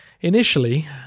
Initially